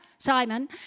Simon